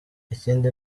ikindi